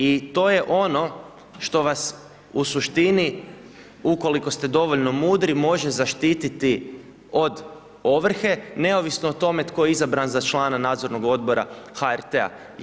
I to je ono što vas u suštini ukoliko ste dovoljno mudri može zaštiti od ovrhe neovisno o tome tko je izabran za člana nadzornog odbora HRT-a.